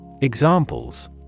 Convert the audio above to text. Examples